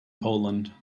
poland